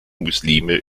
muslime